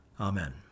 Amen